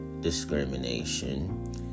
discrimination